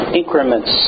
increments